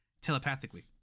telepathically